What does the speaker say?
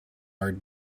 our